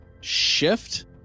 shift